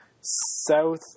south